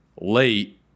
late